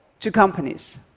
to companies.